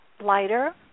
lighter